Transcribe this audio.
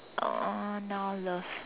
uh now love